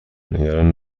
نگران